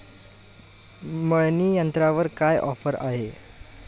मळणी यंत्रावर काय ऑफर आहे?